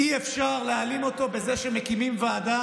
אי-אפשר להעלים אותו בזה שמקימים ועדה